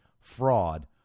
fraud